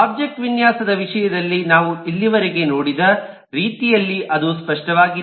object ವಿನ್ಯಾಸದ ವಿಷಯದಲ್ಲಿ ನಾವು ಇಲ್ಲಿಯವರೆಗೆ ನೋಡಿದ ರೀತಿಯಲ್ಲಿ ಅದು ಸ್ಪಷ್ಟವಾಗಿಲ್ಲ